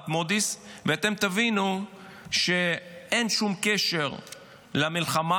מודי'ס ואתם תבינו שאין שום קשר למלחמה,